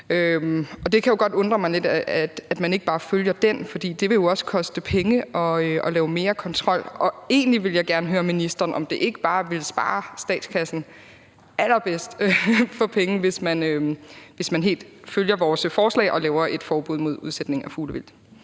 det kan godt undre mig lidt, at man ikke bare følger den, for det vil jo også koste penge at lave mere kontrol. Egentlig ville jeg gerne høre ministeren, om det ikke bare ville spare statskassen allerbedst for penge, hvis man helt følger vores forslag og laver et forbud mod udsætning af fuglevildt.